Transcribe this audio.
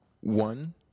one